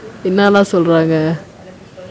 என்னாலா சொல்றாங்க:ennaalaa solraanga